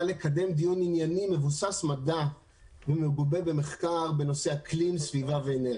לקדם דיון ענייני מבוסס מדע ומגובה במחקר בנושא אקלים סביבה ואנרגיה.